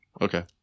Okay